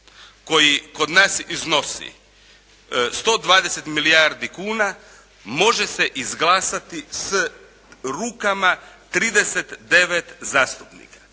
koji kod nas iznosi 120 milijardi kuna može se izglasati s rukama 39 zastupnika.